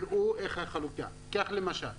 כך למשל,